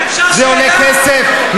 זה עולה כסף?